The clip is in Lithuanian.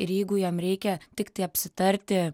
ir jeigu jam reikia tiktai apsitarti